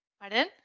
pardon